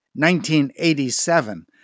1987